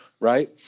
right